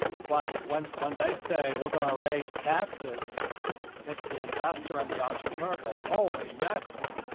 but when, when they say we're going to raise taxes as the investor and the entrepreneur goes, holy mackerel,